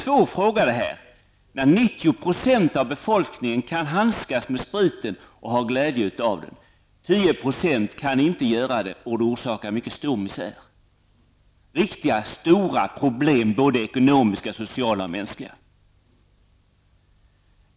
Det är en svår fråga. 90 % av befolkningen kan handskas med spriten och har glädje av den, medan 10 % inte kan göra det och orsakar mycket stor misär och mycket stora problem såväl ekonomiska som sociala och mänskliga.